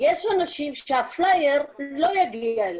יש אנשים שהפלייר לא יגיע אליהם,